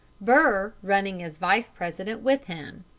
burr running as vice-president with him.